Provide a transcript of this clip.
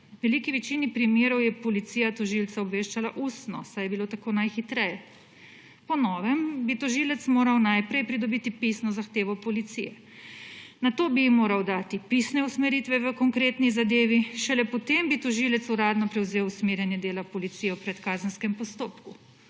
veliki večini primerov je policija tožilca obveščala ustno, saj je bilo tako najhitreje. Po novem bi tožilec moral najprej pridobiti pisno zahtevo policije, nato bi ji moral dati pisne usmeritve v konkretni zadevi, šele potem bi tožilec uradno prevzel usmerjanje dela policije v predkazenskem postopku.